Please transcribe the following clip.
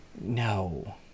No